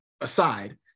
aside